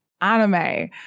anime